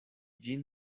ĝin